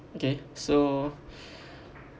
okay so